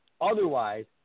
Otherwise